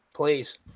Please